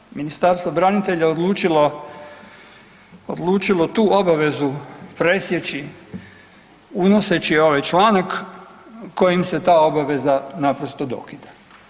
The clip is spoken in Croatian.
Sad je Ministarstvo branitelja odlučilo tu obavezu presjeći unoseći ovaj članak kojim se ta obaveza naprosto dokida.